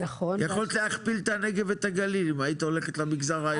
יכולת להכפיל את הנגב והגליל אם היית הולכת למגזר העירוני,